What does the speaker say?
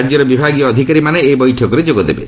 ରାଜ୍ୟର ବିଭାଗୀୟ ଅଧିକାରୀମାନେ ଏହି ବୈଠକରେ ଯୋଗ ଦେବେ